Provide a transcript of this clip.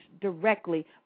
directly